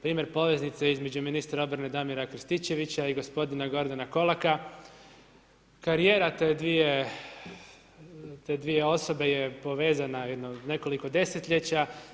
Primjer poveznice između ministra obrane Damira Krstičevića i gospodina Gordana Kolaka, karijera te dvije osobe je povezana jedno nekoliko desetljeća.